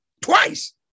twice